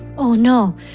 oh, no.